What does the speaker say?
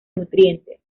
nutrientes